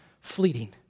fleeting